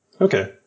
Okay